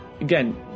again